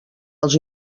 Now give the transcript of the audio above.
els